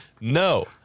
No